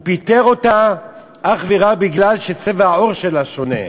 פיטר אותה אך ורק כי צבע העור שלה שונה.